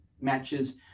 matches